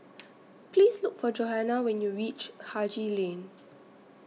Please Look For Johanna when YOU REACH Haji Lane